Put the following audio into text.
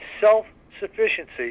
self-sufficiency